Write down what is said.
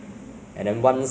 I feel that like